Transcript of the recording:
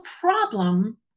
problem